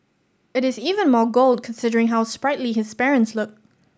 it is even more gold considering how sprightly his parents look